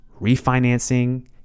refinancing